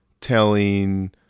telling